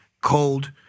cold